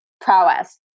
prowess